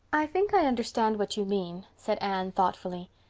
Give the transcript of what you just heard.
i think i understand what you mean, said anne thoughtfully,